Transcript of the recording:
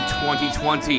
2020